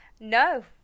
No